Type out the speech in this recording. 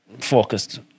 focused